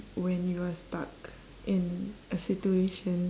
when you are stuck in a situation